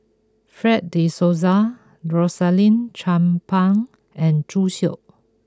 Fred de Souza Rosaline Chan Pang and Zhu Xu